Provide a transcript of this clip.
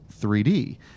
3D